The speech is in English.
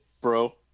bro